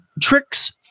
tricks